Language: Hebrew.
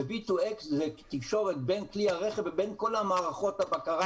V2X זה תקשורת בין כלי הרכב ובין כל מערכות הבקרה